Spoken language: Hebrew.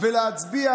ולהצביע